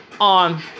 on